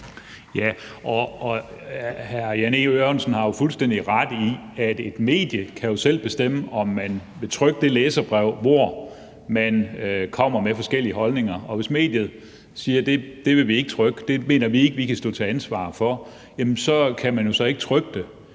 Hr. Jan E. Jørgensen har fuldstændig ret i, at et medie jo selv kan bestemme, om det vil trykke det læserbrev, hvor der kommes med forskellige holdninger, og hvis mediet siger, at det vil de ikke trykke, og at det mener de ikke de kan stå til ansvar for, kan man jo så ikke trykke det.